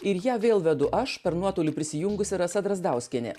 ir ją vėl vedu aš per nuotolį prisijungusi rasa drazdauskienė